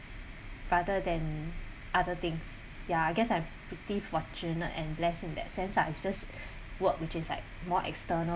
rather than other things ya I guess I'm pretty fortunate and bless in that sense ah it's just work which is like more external